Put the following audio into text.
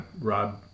rod